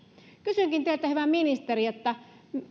lakiin kysynkin teiltä hyvä ministeri